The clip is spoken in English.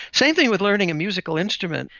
same thing with learning a musical instrument.